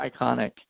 iconic